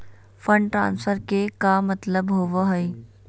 Fund transfer के का मतलब होव हई?